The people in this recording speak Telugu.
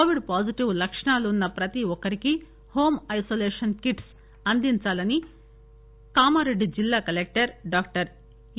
కోవిడ్ పాజిటివ్ లక్షణాలు ఉన్న ప్రతి ఒక్కరికి హోమ్ ఐనొలేషన్ కిట్స్ అందించాలని కామారెడ్డి జిల్లా కలెక్టరు డాక్టర్ ఎ